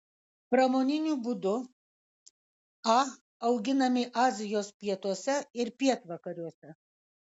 pramoniniu būdu a auginami azijos pietuose ir pietvakariuose